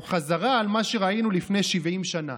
הוא חזרה על מה שראינו לפני 70 שנה.